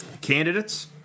Candidates